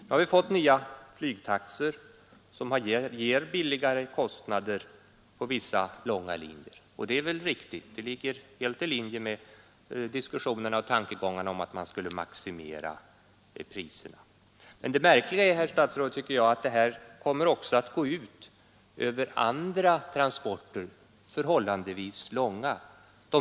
Nu har vi fått nya flygtaxor som ger lägre kostnader på vissa långa linjer, och det är väl riktigt. Det ligger i linje med diskussionen och tankegångarna om att man skulle maximera priserna. Men det märkliga, herr statsråd, är att detta också kommer att gå ut över andra, förhållandevis långa transporter.